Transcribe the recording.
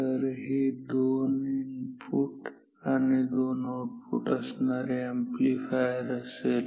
तर हे एक दोन इनपुट आणि दोन आउटपुट असणारे अॅम्प्लीफायर असेल